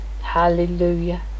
Hallelujah